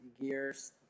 gears